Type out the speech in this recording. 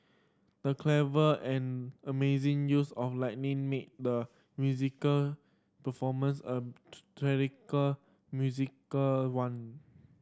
the clever and amazing use of lighting made the musical performance a musical one